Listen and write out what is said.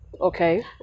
okay